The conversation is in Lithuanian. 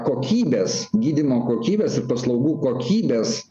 kokybės gydymo kokybės ir paslaugų kokybės